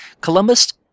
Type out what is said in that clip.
Columbus